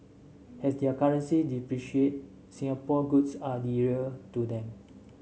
as their currencies depreciate Singapore goods are dearer to them